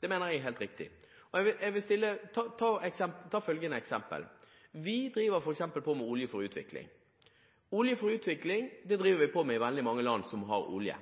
Det mener jeg er helt riktig. Ta følgende eksempel: Vi driver f.eks. med Olje for Utvikling. Olje for Utvikling driver vi med i veldig mange land som har olje.